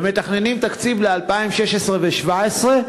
ומתכננים תקציב ל-2016 ו-2017.